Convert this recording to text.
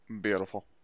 Beautiful